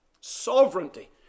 sovereignty